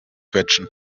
quetschen